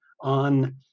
on